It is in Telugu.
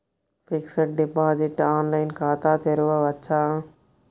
ఫిక్సడ్ డిపాజిట్ ఆన్లైన్ ఖాతా తెరువవచ్చా?